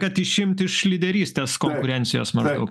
kad išimti iš lyderystės konkurencijos maždaug